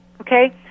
okay